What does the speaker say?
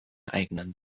eigenen